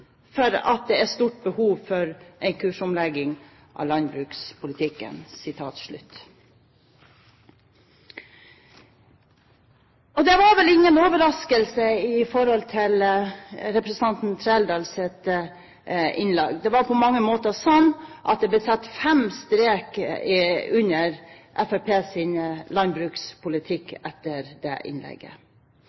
at det er et stort behov for en kursomlegging av landbrukspolitikken». Representanten Trældals innlegg var vel ingen overraskelse i så måte. Det var på mange måter sånn at det ble satt fem streker under Fremskrittspartiets landbrukspolitikk etter det innlegget.